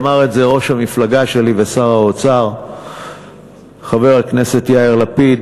אמר את זה ראש המפלגה שלי ושר האוצר חבר הכנסת יאיר לפיד,